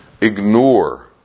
ignore